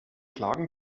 klagen